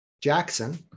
Jackson